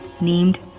named